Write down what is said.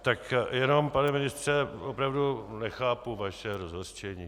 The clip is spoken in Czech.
Tak jenom, pane ministře, opravdu nechápu vaše rozhořčení.